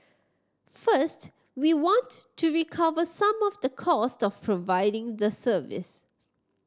first we want to recover some of the cost of providing the service